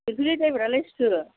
फिलफिलि ड्राइभारालाय सोर